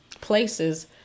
places